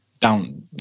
down